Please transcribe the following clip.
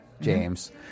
James